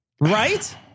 Right